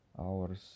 hours